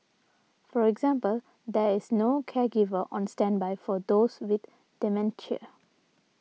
for example there is no caregiver on standby for those with dementia